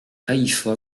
haïfa